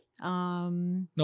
No